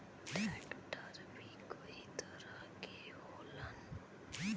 tractor भी कई तरह के होलन